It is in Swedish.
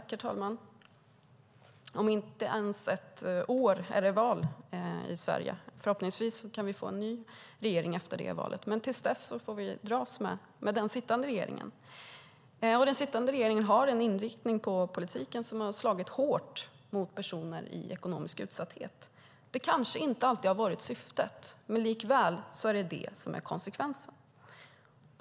Herr talman! Om knappt ett år är det val i Sverige. Förhoppningsvis kan vi få en ny regering efter det valet, men till dess får vi dras med den sittande regeringen. Denna regering har en inriktning på politiken som har slagit hårt mot personer i ekonomisk utsatthet. Det kanske inte alltid har varit syftet, men likväl är det detta som har blivit konsekvensen.